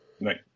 Right